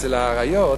אצל האריות,